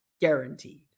guaranteed